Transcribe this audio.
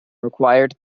required